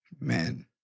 Man